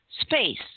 space